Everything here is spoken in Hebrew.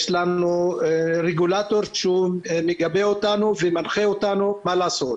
יש לנו רגולטור שהוא מגבה אותנו ומנחה אותנו מה לעשות.